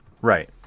Right